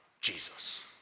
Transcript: Jesus